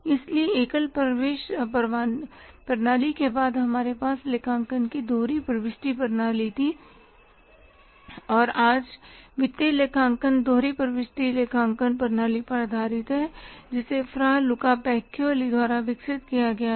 इसलिए एकल प्रवेश प्रणाली के बाद हमारे पास लेखांकन की दोहरी प्रविष्टि प्रणाली थी और आज वित्तीय लेखांकन दोहरे प्रविष्टि लेखांकन प्रणाली पर आधारित है जिसे फ्रा लुका पैकियोली द्वारा विकसित किया गया था